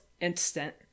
instant